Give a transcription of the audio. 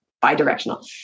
bi-directional